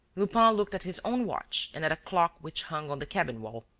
lupin looked at his own watch and at a clock which hung on the cabin-wall